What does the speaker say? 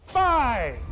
five!